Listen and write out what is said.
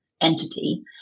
entity